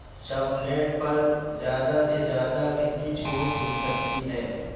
chocolate پر زیادہ سے زیادہ کتنی چھوٹ مل سکتی ہے